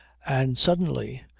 and suddenly,